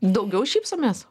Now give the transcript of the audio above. daugiau šypsomės